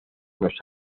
unos